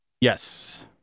Yes